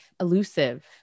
elusive